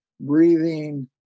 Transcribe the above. breathing